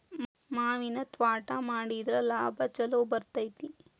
ಮಾವಿನ ತ್ವಾಟಾ ಮಾಡಿದ್ರ ಲಾಭಾ ಛಲೋ ಬರ್ತೈತಿ